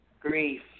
grief